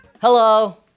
Hello